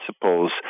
principles